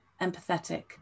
empathetic